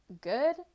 good